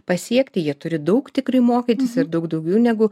pasiekti jie turi daug tikrai mokytis ir daug daugiau negu